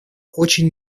очень